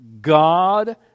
God